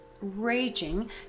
raging